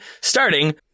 starting